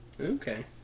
Okay